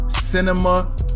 Cinema